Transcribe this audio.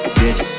bitch